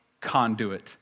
conduit